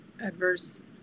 adverse